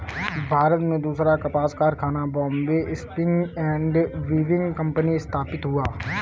भारत में दूसरा कपास कारखाना Bombay spinning and weaving company स्थापित हुआ